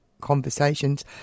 conversations